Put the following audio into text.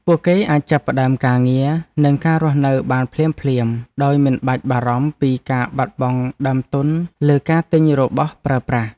ពួកគេអាចចាប់ផ្ដើមការងារនិងការរស់នៅបានភ្លាមៗដោយមិនបាច់បារម្ភពីការបាត់បង់ដើមទុនលើការទិញរបស់ប្រើប្រាស់។